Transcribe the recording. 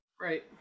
right